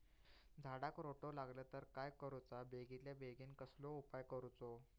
झाडाक रोटो लागलो तर काय करुचा बेगितल्या बेगीन कसलो उपाय करूचो?